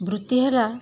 ବୃତ୍ତି ହେଲା